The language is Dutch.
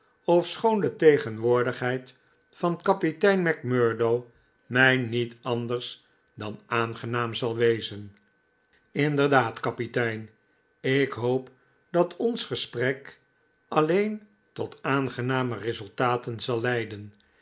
ofschoon de tegenwoordigheid van kapitein macmurdo mij niet anders dan aangenaam zal wezen inderdaad kapitein ik hoop dat ons gesprek alleen tot aangename resultaten zal leiden